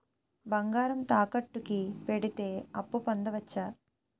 బంగారం తాకట్టు కి పెడితే అప్పు పొందవచ్చ?